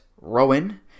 Rowan